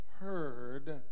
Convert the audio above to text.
heard